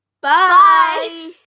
Bye